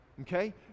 okay